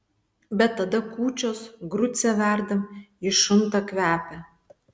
bet tada kūčios grucę verdam ji šunta kvepia